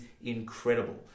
incredible